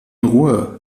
ruhe